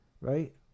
right